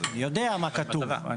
אני יודע מה כתוב.